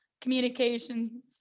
communications